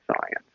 science